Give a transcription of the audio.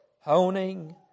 honing